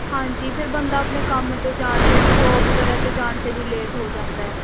ਹਾਂਜੀ ਫਿਰ ਬੰਦਾ ਆਪਣੇ ਕੰਮ 'ਤੇ ਜਾਣ ਤੋਂ ਵੀ ਜੋਬ ਵਗੈਰਾ 'ਤੇ ਜਾਣ ਤੋਂ ਵੀ ਲੇਟ ਹੋ ਜਾਂਦਾ